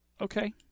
Okay